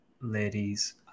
ladies